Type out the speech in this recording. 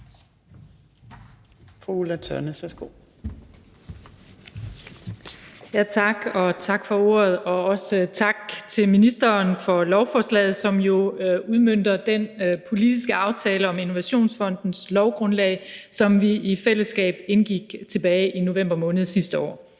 Ulla Tørnæs (V): Tak for ordet, og også tak til ministeren for lovforslaget, som jo udmønter den politiske aftale om Innovationsfondens lovgrundlag, som vi i fællesskab indgik tilbage i november måned sidste år.